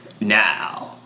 now